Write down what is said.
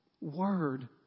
word